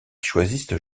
choisissent